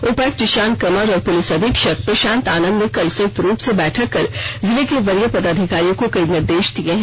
उपायुक्त जिशान कमर और पुलिस अधीक्षक प्रशांत आनंद ने कल संयुक्त रूप से बैठक कर जिले के वरीय पदाधिकारियों को कई निर्देश दिए हैं